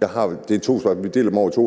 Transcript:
Jeg har to spørgsmål, og det første